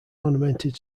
ornamented